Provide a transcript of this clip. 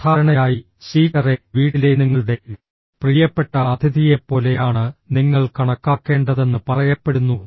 സാധാരണയായി സ്പീക്കറെ വീട്ടിലെ നിങ്ങളുടെ പ്രിയപ്പെട്ട അതിഥിയെപ്പോലെയാണ് നിങ്ങൾ കണക്കാക്കേണ്ടതെന്ന് പറയപ്പെടുന്നു